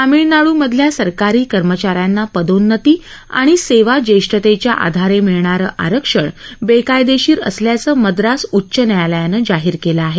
तामिळनाडू मधल्या सरकारी कर्मचा यांना पदोन्नती आणि सेवा ज्येष्ठतेच्या आधारे मिळणारं आरक्षण बेकायदेशीर असल्याचं मद्रास उच्च न्यायालयानं जाहीर केलं आहे